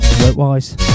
work-wise